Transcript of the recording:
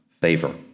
favor